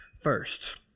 first